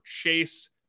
chase